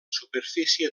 superfície